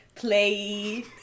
play